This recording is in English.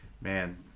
man